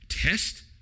test